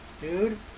dude